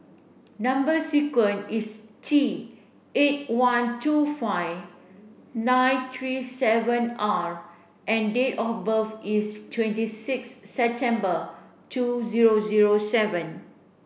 number sequence is T eight one two five nine three seven R and date of birth is twenty six September two zero zero seven